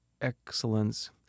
excellence